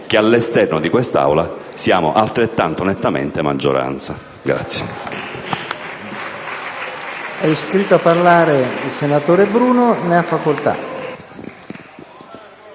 che all'esterno di quest'Aula siamo altrettanto nettamente maggioranza.